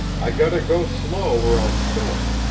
i gotta go slow or i'll spill it.